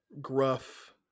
gruff